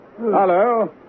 Hello